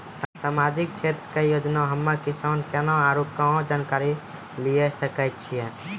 समाजिक क्षेत्र के योजना हम्मे किसान केना आरू कहाँ जानकारी लिये सकय छियै?